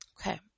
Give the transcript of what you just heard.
Okay